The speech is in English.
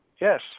yes